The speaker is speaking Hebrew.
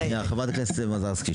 שנייה אחת, חברת הכנסת טטיאנה מזרסקי.